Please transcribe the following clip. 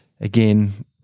again